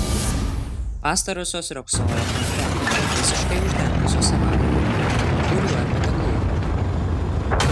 pastarosios riogsojo kampe beveik visiškai uždengusios avarinį liuką kuriuo ir patekau į vidų